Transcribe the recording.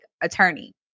attorney